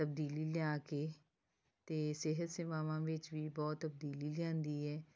ਤਬਦੀਲੀ ਲਿਆ ਕੇ ਅਤੇ ਸਿਹਤ ਸੇਵਾਵਾਂ ਵਿੱਚ ਵੀ ਬਹੁਤ ਤਬਦੀਲੀ ਲਿਆਂਦੀ ਹੈ